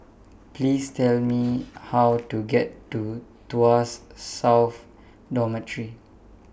Please Tell Me How to get to Tuas South Dormitory